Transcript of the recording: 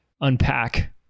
unpack